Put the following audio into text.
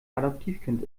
adoptivkind